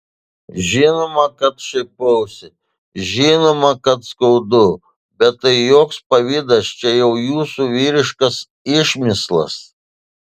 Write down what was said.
žinoma kad šaipausi žinoma kad skaudu bet tai joks pavydas čia jau jūsų vyriškas išmislas